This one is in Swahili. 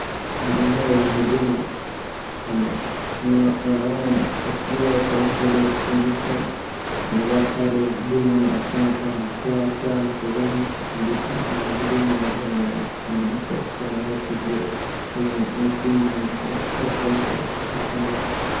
Ni eneo ya huduma. Mwanaume akiwa kwa mbele ya kompyuta amevaa sare ya huduma na akiwa barakoa akiwa anatazama kwa kompyuta anaangaliana na huyu mwanamke akiwa anavaa kofia kwenye nyekundu na barakoa kwa mkono hapo kuna.